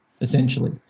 essentially